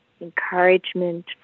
encouragement